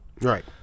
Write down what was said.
Right